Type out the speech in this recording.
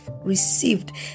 received